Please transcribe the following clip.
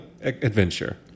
adventure